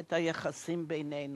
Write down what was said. את היחסים בינינו.